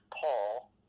Paul